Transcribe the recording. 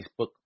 Facebook